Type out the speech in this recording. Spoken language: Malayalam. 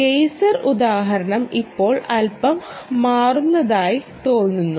ഗെയ്സർ ഉദാഹരണം ഇപ്പോൾ അൽപ്പം മാറുന്നതായി തോന്നുന്നു